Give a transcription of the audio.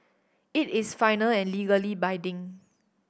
it is final and legally binding